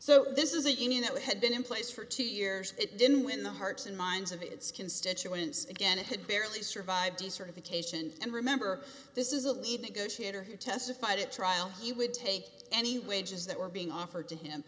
so this is a union that had been in place for two years it didn't win the hearts and minds of its constituents again it had barely survived decertification and remember this is a lead negotiator who testified at trial he would take any wages that were being offered to him